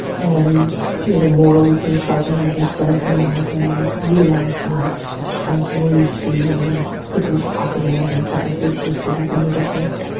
and the more we can sharpen that and strengthen that and utilise that, it's going to lead to different possibilities, different futures for these individuals.